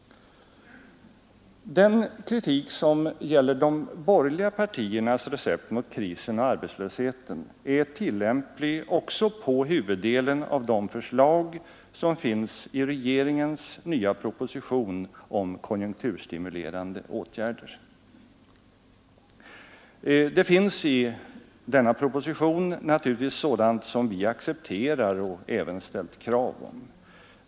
Den kritik som gäller de borgerliga partiernas recept mot krisen och arbetslösheten är tillämplig också på huvuddelen av de förslag som finns i regeringens nya proposition om konjunkturstimulerande åtgärder. Det finns i denna proposition naturligtvis sådant som vi accepterar och även ställt krav på.